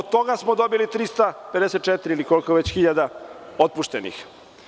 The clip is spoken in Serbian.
Od toga smo dobili 354, ili koliko već hiljada otpuštenih.